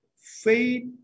faith